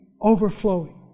overflowing